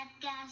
gas